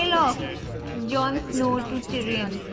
of john snow to tyrion.